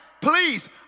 Please